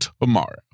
tomorrow